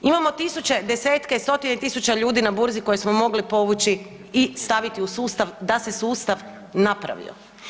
Imamo tisuće, desetke, stotine tisuća ljudi na burzi koje smo mogli povući i staviti u sustav da se sustav napravio.